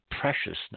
preciousness